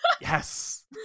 Yes